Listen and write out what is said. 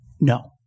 No